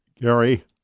Gary